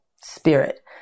spirit